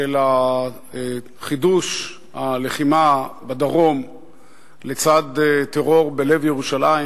של חידוש הלחימה בדרום לצד טרור בלב ירושלים,